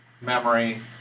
memory